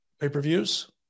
pay-per-views